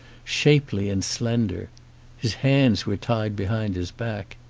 shapely and slender his hands were tied behind his back.